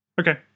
Okay